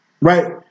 Right